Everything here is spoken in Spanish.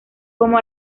como